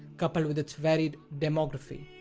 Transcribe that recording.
coupled with its varied demography,